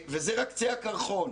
וזה רק קצה הקרחון.